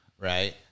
right